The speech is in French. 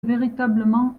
véritablement